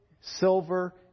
silver